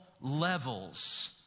levels